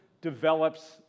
develops